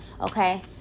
okay